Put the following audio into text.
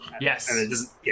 Yes